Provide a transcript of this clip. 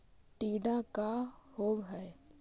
टीडा का होव हैं?